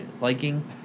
liking